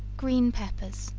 green peppers.